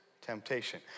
temptation